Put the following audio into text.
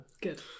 Good